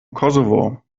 kosovo